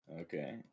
Okay